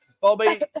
Bobby